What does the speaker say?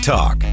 Talk